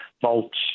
vaults